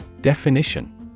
Definition